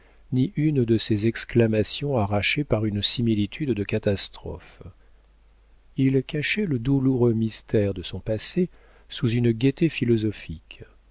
ni une de ces exclamations arrachées par une similitude de catastrophes il cachait le douloureux mystère de son passé sous une gaieté philosophique